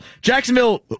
Jacksonville